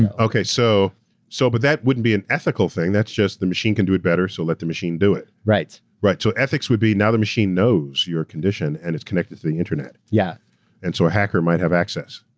and so so but that wouldn't be an ethical thing that's just, the machine can do it better so let the machine do it. right. right, so ethics would be now the machine knows your condition and it's connected to the internet, yeah and so a hacker might have access.